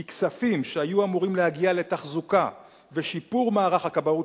כי כספים שהיו אמורים להגיע לתחזוקה ולשיפור מערך הכבאות